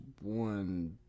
one